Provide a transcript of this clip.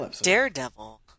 Daredevil